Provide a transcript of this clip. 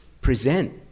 present